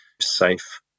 safe